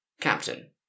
Captain